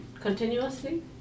continuously